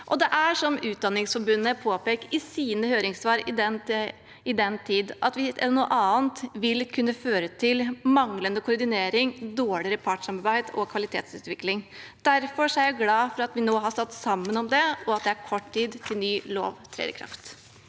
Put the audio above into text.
Det er, som Utdanningsforbundet påpekte i sine høringssvar i sin tid, slik at noe annet vil kunne føre til manglende koordinering og dårligere partssamarbeid og kvalitetsutvikling. Derfor er jeg glad for at vi nå har stått sammen om det, og at det er kort tid til ny lov trer i kraft.